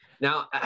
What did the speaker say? now